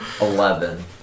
Eleven